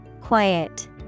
Quiet